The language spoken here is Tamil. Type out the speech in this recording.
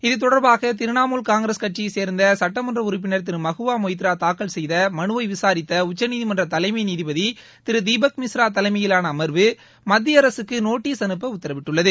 இத்தொடர்பாக திரிணாமூல் காங்கிரஸ் கட்சியை சேர்ந்த சுட்டமன்ற உறுப்பினர் திரு மகுவா மொய்த்ரா தாக்கல் செய்த மனுவை விசாரித்த உச்சநீதிமன்ற தலைமை நீதிபதி திரு தீபக் மிஸ்ரா தலைமையிலான அமர்வு மத்திய அரசுக்கு நோட்டீஸ் அனுப்ப உத்தரவிட்டுள்ளது